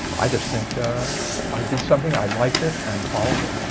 i just think i did something, i liked it and followed it.